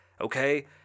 okay